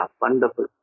wonderful